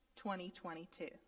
2022